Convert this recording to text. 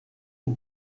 aux